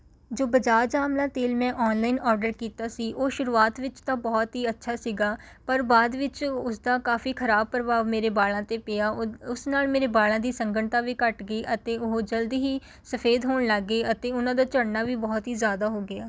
ਜੋ ਬਜਾਜ ਆਮਲਾ ਤੇਲ ਮੈਂ ਆਨਲਾਈਨ ਓਰਡਰ ਕੀਤਾ ਸੀ ਉਹ ਸ਼ੁਰੂਆਤ ਵਿੱਚ ਤਾਂ ਬਹੁਤ ਹੀ ਅੱਛਾ ਸੀਗਾ ਪਰ ਬਾਅਦ ਵਿੱਚ ਉਸ ਦਾ ਕਾਫੀ ਖਰਾਬ ਪ੍ਰਭਾਵ ਮੇਰੇ ਬਾਲਾਂ 'ਤੇ ਪਿਆ ਉ ਉਸ ਨਾਲ ਮੇਰੇ ਬਾਲਾਂ ਦੀ ਸੰਘਣਤਾ ਵੀ ਘੱਟ ਗਈ ਅਤੇ ਉਹ ਜਲਦੀ ਹੀ ਸਫੇਦ ਹੋਣ ਲੱਗ ਗਏ ਅਤੇ ਉਨ੍ਹਾਂ ਦਾ ਝੜਨਾ ਵੀ ਬਹੁਤ ਹੀ ਜ਼ਿਆਦਾ ਹੋ ਗਿਆ